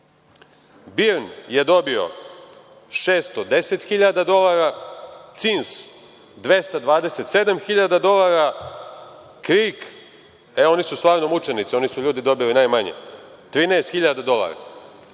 BIRN je dobio 610.000 dolara, CINS 227.000 dolara, KRIK, e oni su stvarno mučenici, oni su ljudi dobili najmanje, 13.000 dolara.